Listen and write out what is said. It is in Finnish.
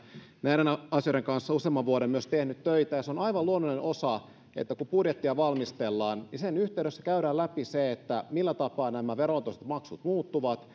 näiden asioiden kanssa useamman vuoden tehnyt töitä ja se on aivan luonnollinen osa että kun budjettia valmistellaan niin sen yhteydessä käydään läpi se millä tapaa nämä veroluontoiset maksut muuttuvat